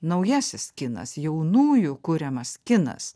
naujasis kinas jaunųjų kuriamas kinas